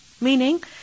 Meaning